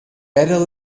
better